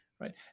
Right